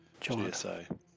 GSA